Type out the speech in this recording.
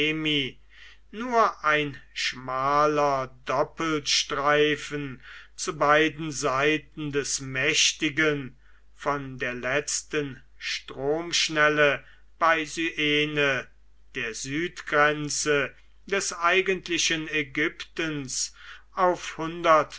nur ein schmaler doppelstreifen zu beiden seiten des mächtigen von der letzten stromschnelle bei syene der südgrenze des eigentlichen ägyptens auf